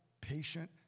patient